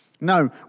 No